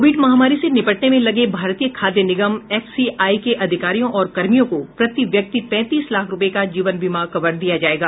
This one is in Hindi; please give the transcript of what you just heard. कोविड महामारी से निपटने में लगे भारतीय खाद्य निगम एफसीआई के अधिकारियों और कर्मियों को प्रति व्यक्ति पैंतीस लाख रूपये का जीवन बीमा कवर दिया जायेगा